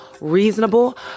reasonable